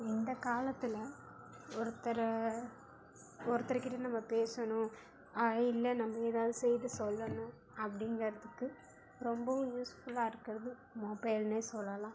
இந்தக் காலத்தில் ஒருத்தரை ஒருத்தர்கிட்ட நம்ம பேசணும் இல்லை நம்ம ஏதாவது செய்தி சொல்லணும் அப்படிங்கிறதுக்கு ரொம்பவும் யூஸ்ஃபுல்லாக இருக்கிறது மொபைல்னே சொல்லலாம்